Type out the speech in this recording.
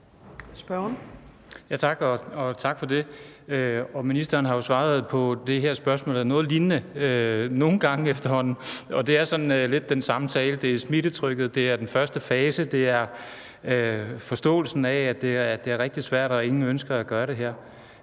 Tak for det. Ministeren har jo svaret noget lignende på det her spørgsmål nogle gange efterhånden, og det er sådan lidt den samme tale: Det er smittetrykket, det er den første fase, det er forståelsen af, at det er rigtig svært, og at ingen ønsker at gøre det her.